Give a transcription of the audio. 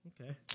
okay